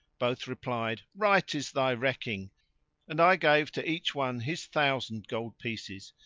both replied, right is thy recking and i gave to each one his thousand gold pieces,